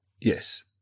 Yes